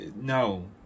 no